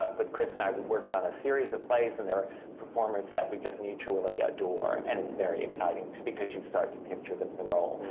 ah but chris and i, we worked on a series of plays, and there are performers that we just mutually adore. and it's very exciting, because you start to picture them in the role.